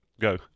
Go